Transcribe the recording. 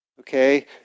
Okay